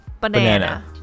banana